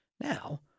Now